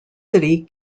city